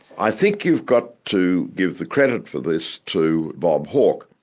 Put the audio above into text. i think you've got to give the credit for this to bob hawke.